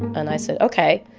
and i said, ok,